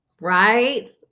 Right